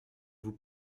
vous